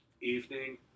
evening